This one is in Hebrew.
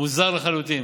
מוזר לחלוטין.